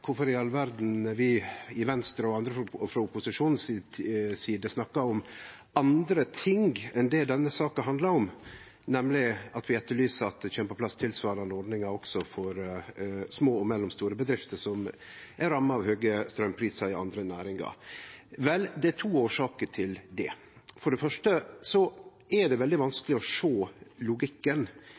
i all verda vi i Venstre og andre frå opposisjonen si side snakkar om anna enn det denne saka handlar om – at vi etterlyser at det kjem på plass tilsvarande ordningar også for små og mellomstore bedrifter som er ramma av høge straumprisar i andre næringar. Vel, det er to årsaker til det. For det første er det veldig vanskeleg å sjå logikken